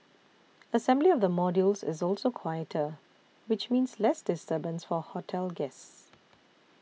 assembly of the modules is also quieter which means less disturbance for hotel guests